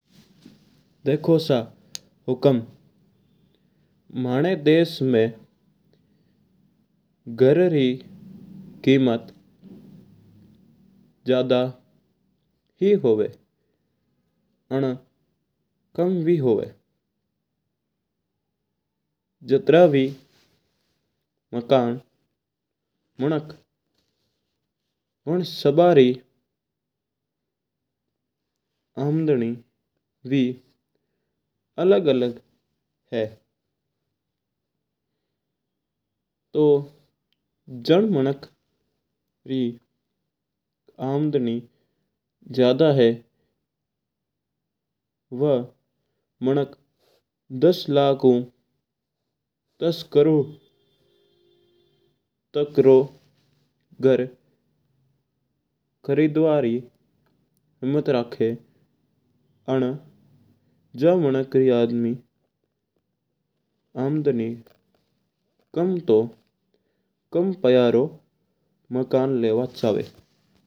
देखो सा हुकम माना देश में घर रै। कीमत ज्यादा ही हुआ और कम भी हुआ। यात्रा भी माणक उन सभा री आदमी अलग-अलग है तो जो मिणक री आमदनी ज्यादा है वो मणक दस लाख हू दस करोड़ तक रो घर खरीदवा री हिम्मत रखा है। और जिन आदमी री कम हुआ वो कम रो मकान खरीदा है।